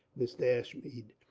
mr. ashmead.